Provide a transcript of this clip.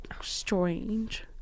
strange